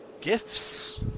Gifts